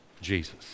Jesus